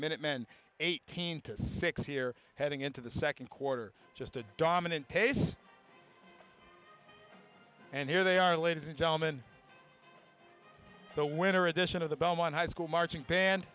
minute men eighteen to six here heading into the second quarter just a dominant pace and here they are ladies and gentlemen the winner edition of the belmont high school marching band